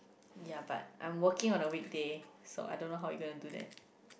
ya but I'm working on a weekday so I don't know how you going to do that